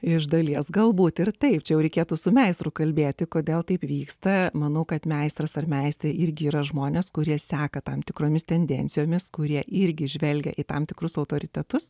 iš dalies galbūt ir taip čia reikėtų su meistru kalbėti kodėl taip vyksta manau kad meistras ar meistrą irgi yra žmonės kurie seka tam tikromis tendencijomis kurie irgi žvelgia į tam tikrus autoritetus